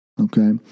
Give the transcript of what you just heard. okay